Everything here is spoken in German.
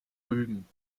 rügen